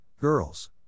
girls